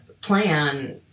plan